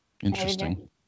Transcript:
Interesting